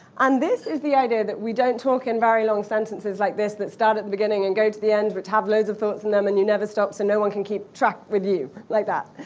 and this is the idea that we don't talk in very long sentences like this, that start at the beginning and go to the end with tabloids of thoughts in them and you never stop so no one can keep track with you. like that.